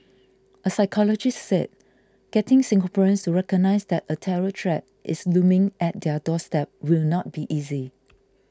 a psychologist said getting Singaporeans recognise that a terror threat is looming at their doorstep will not be easy